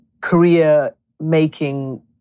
career-making